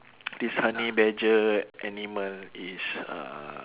this honey badger animal is uh